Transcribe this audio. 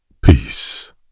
peace